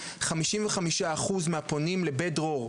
חמישים וחמישה אחוז מהפונים ל-"בית דרור",